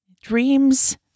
Dreams